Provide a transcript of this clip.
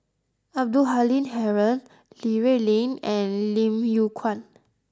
Abdul Halim Haron Li Rulin and Lim Yew Kuan